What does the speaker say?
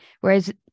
Whereas